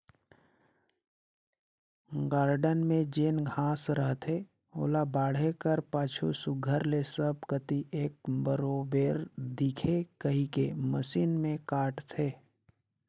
garden में जेन घांस रहथे ओला बाढ़े कर पाछू सुग्घर ले सब कती एक बरोबेर दिखे कहिके मसीन में काटथें